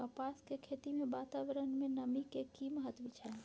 कपास के खेती मे वातावरण में नमी के की महत्व छै?